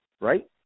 right